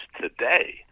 today